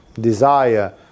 Desire